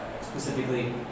specifically